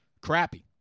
Crappy